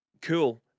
cool